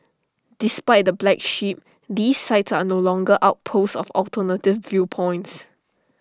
despite the black sheep these sites are no longer outposts of alternative viewpoints